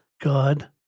God